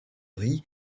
riz